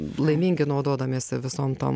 laimingi naudodamiesi visom tom